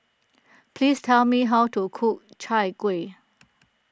please tell me how to cook Chai Kueh